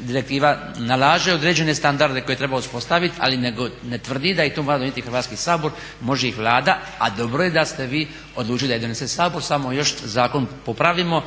direktiva nalaže određene standarde koje treba uspostavit ali ne tvrdi da to mora donijeti Hrvatski sabor, može i Vlada, a dobro da ste vi odlučili da je donese Sabor, samo još zakon popravimo.